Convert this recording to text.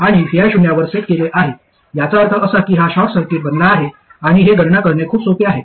आणि vi शून्यावर set केले आहे याचा अर्थ असा की हा शॉर्ट सर्किट बनला आहे आणि हे गणना करणे खूप सोपे आहे